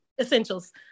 Essentials